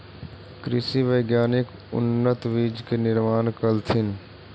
कृषि वैज्ञानिक उन्नत बीज के निर्माण कलथिन